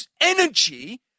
energy